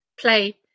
play